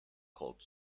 cold